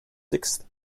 sixth